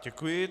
Děkuji.